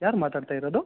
ಯಾರು ಮಾತಾಡ್ತಾ ಇರೋದು